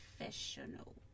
Professional